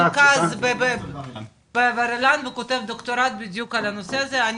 בר אילן והוא כותב דוקטורט בדיוק על הנושא הזה,